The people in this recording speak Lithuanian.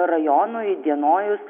rajonų įdienojus